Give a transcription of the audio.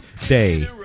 Day